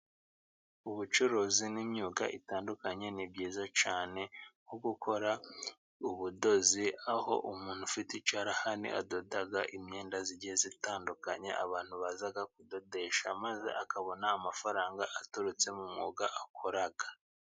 Ubucuruzi n'imyuga itandukanye ni byiza cyane, nko gukora ubudozi; aho umuntu ufite icyarahani adoda imyenda igiye itandukanye, abantu baza kudodesha maze akabona amafaranga aturutse mu mwuga akora.